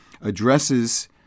addresses